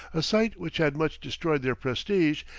a sight which had much destroyed their prestige,